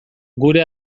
gure